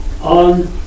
on